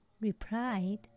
replied